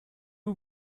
you